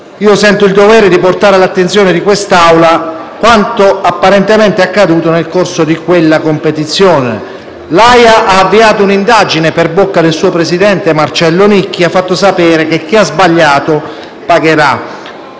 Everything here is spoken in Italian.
- sento il dovere di portare all'attenzione di quest'Assemblea quanto apparentemente accaduto nel corso di quella competizione. L'AIA ha avviato un'indagine e per bocca del suo presidente, Marcello Nicchi, e ha fatto sapere che chi ha sbagliato pagherà.